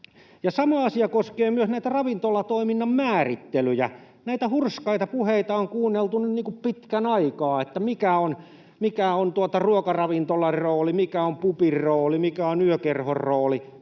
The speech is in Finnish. sama asia koskee myös näitä ravintolatoiminnan määrittelyjä. Näitä hurskaita puheita on kuunneltu nyt pitkän aikaa siitä, mikä on ruokaravintolan rooli, mikä on pubin rooli ja mikä on yökerhon rooli.